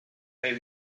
may